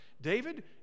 David